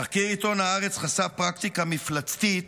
תחקיר עיתון הארץ חשף פרקטיקה מפלצתית